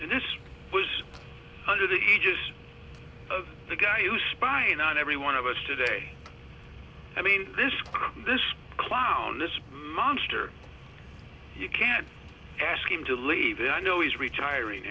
and this was under the aegis of the guy you spying on every one of us today i mean this guy this clown this monster you can't ask him to leave it i know he's retiring